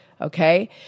Okay